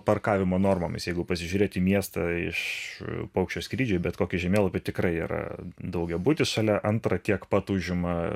parkavimo normomis jeigu pasižiūrėti į miestą iš paukščio skrydžio į bet kokį žemėlapį tikrai yra daugiabutis šalia antra tiek pat užima